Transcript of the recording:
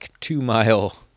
two-mile